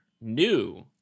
new